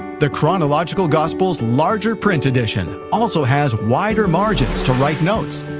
the chronological gospels larger print edition also has wider margins to write notes,